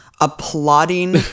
applauding